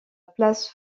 place